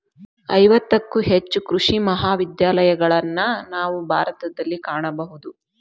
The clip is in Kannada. ಐವತ್ತಕ್ಕೂ ಹೆಚ್ಚು ಕೃಷಿ ಮಹಾವಿದ್ಯಾಲಯಗಳನ್ನಾ ನಾವು ಭಾರತದಲ್ಲಿ ಕಾಣಬಹುದು